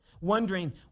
wondering